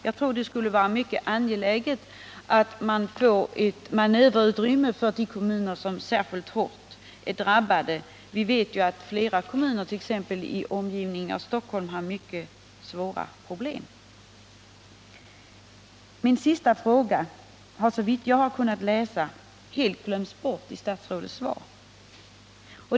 Jag tror att det är mycket angeläget att de kommuner som är särskilt hårt drabbade får ett manöverutrymme. Vi vet ju att t.ex. flera kommuner i Stockholms omgivning har mycket svåra problem. Min sista fråga har, såvitt jag har kunnat utläsa, helt glömts bort i statsrådets svar.